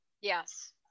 Yes